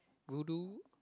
Pudu